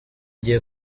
gihe